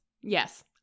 yes